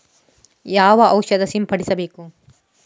ಯಾವ ಔಷಧ ಸಿಂಪಡಿಸಬೇಕು?